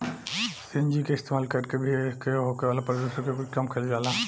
CNG के इस्तमाल कर के भी एसे होखे वाला प्रदुषण के कुछ कम कईल जाला